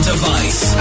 device